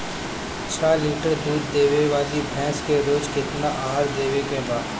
छह लीटर दूध देवे वाली भैंस के रोज केतना आहार देवे के बा?